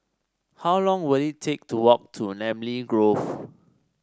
how long will it take to walk to Namly Grove